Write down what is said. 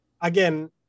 again